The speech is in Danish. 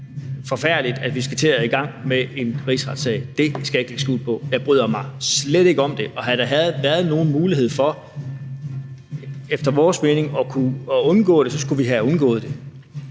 forfærdeligt, at vi skal til at gå i gang med en rigsretssag. Det skal jeg ikke lægge skjul på. Jeg bryder mig slet ikke om det, og havde der efter vores mening været nogen mulighed for at undgå det, så skulle vi have undgået det,